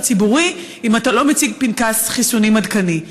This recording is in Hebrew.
ציבורי אם אתה לא מציג פנקס חיסונים עדכני.